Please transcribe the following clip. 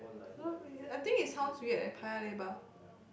oh I think it sounds weird eh Paya-Lebar